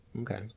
Okay